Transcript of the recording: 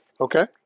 Okay